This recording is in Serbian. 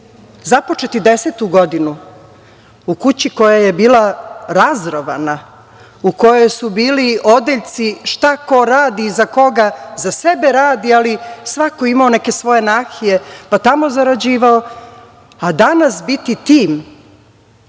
započeti desetu godinu u kući koja je bila razrovana, u kojoj su bili odeljci šta ko radi i za koga, za sebe radi, ali svako ima neke svoje nahije, pa tamo zarađivao, a danas biti tim,